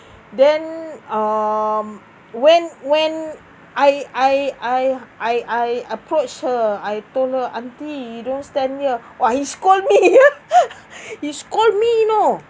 then um when when I I I I I approach her I told her auntie you don't stand near !wah! he scold me he scold me you know